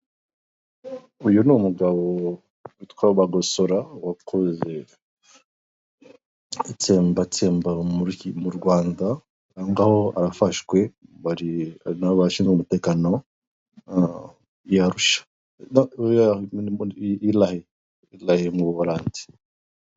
Uyu ni umugabo witwa Bagosora wakoze itsembatsemba mu Rwanda aho ngaho arafashwe n'abashinzwe umutekano arusha, irahi, irahi mu buhorandi.